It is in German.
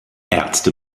ärzte